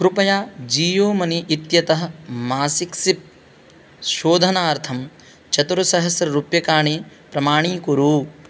कृपया जीयो मनी इत्यतः मासिक् सिप् शोधनार्थं चतुर्सहस्रं रूप्यकाणि प्रमाणीकुरु